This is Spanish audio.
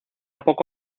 poco